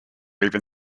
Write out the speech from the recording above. even